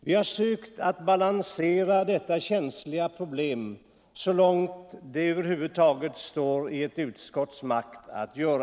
Vi har försökt att balansera detta känsliga problem så långt det över huvud taget står i ett utskotts makt att göra.